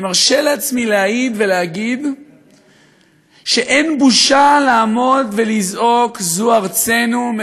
אני מרשה לעצמי להעיד ולהגיד שאין בושה לעמוד ולזעוק: זו ארצנו,